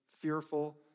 fearful